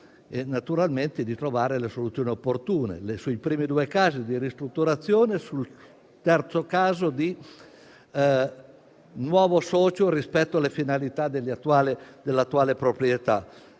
e naturalmente di trovare le soluzioni opportune, nei primi due casi di ristrutturazione, nel terzo caso di individuazione di un nuovo socio rispetto alle finalità dell'attuale proprietà.